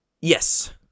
Yes